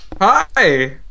Hi